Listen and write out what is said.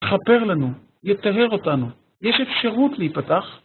תכפר לנו, יטהר אותנו, יש אפשרות להיפתח